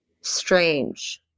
Strange